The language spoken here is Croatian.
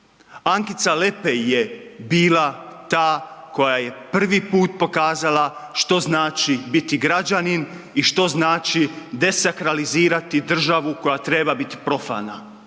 Ankica Lepej je bila ta koja je prvi put pokazala što znači biti građanin i što znači desakralizirati državu koja treba biti profana,